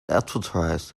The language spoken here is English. advertise